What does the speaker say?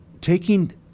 taking